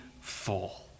full